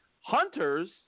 hunters